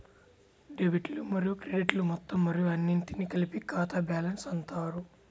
డెబిట్లు మరియు క్రెడిట్లు మొత్తం మరియు అన్నింటినీ కలిపి ఖాతా బ్యాలెన్స్ అంటారు